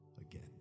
again